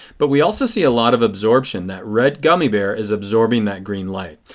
but we also see a lot of absorption. that red gummy bear is absorbing that green light.